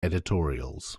editorials